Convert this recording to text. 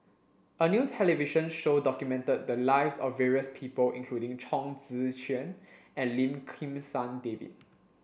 a new television show documented the lives of various people including Chong Tze Shien and Lim Kim San David